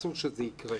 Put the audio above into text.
אסור שזה יקרה.